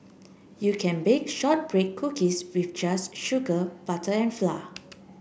you can bake shortbread cookies with just sugar butter and flour